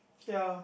ya